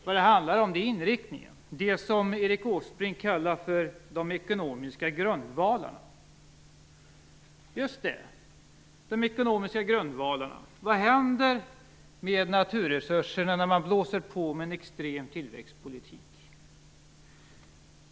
Vad det handlar om är inriktningen, det som Erik Åsbrink kallar för de ekonomiska grundvalarna. Just det. De ekonomiska grundvalarna. Vad händer med naturresurserna när man blåser på med en extrem tillväxtpolitik?